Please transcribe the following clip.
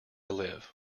live